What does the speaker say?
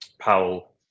Powell